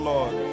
Lord